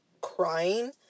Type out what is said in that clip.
crying